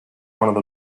one